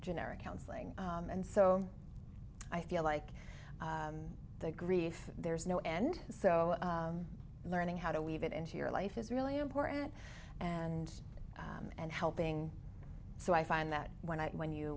generic counseling and so i feel like the grief there is no end so learning how to weave it into your life is really important and and helping so i find that when i when you